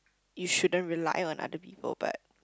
you shouldn't rely on other people but